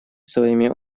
своими